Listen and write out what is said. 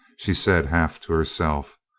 she said half to herself.